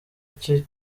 cye